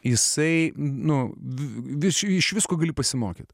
jisai nu visi iš visko gali pasimokyti